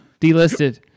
Delisted